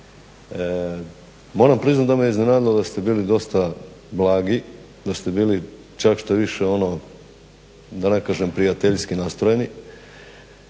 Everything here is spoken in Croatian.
Moram priznati da me iznenadilo da ste bili dosta blagi, da ste bili čak što više, da ne kažem prijateljski nastrojeni,